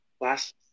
last